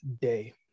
Day